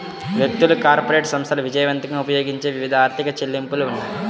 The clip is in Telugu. వ్యక్తులు, కార్పొరేట్ సంస్థలు విజయవంతంగా ఉపయోగించే వివిధ ఆర్థిక చెల్లింపులు ఉన్నాయి